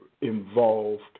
involved